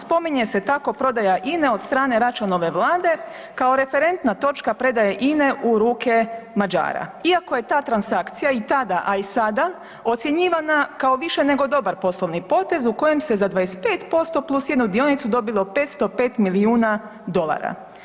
Spominje se tako prodaje INE od strane Račanove vlade kao referentna točka predaje INE u ruke Mađara iako je ta transakcija i tada, a i sada ocjenjivanja kao više nego dobar poslovni potez u kojem se za 25% plus 1 dionicu dobilo 505 milijuna dolara.